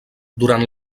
durant